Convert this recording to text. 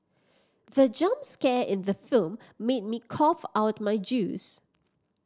the jump scare in the film made me cough out my juice